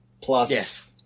plus